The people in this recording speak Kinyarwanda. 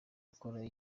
akora